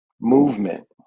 Movement